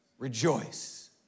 Rejoice